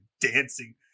dancing